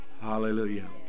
Hallelujah